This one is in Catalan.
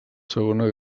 segona